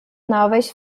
novas